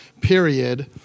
period